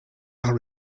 are